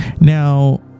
Now